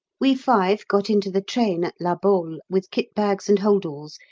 we five got into the train at la baule with kit-bags and holdalls,